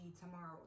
tomorrow